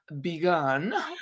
begun